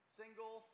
single